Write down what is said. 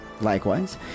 Likewise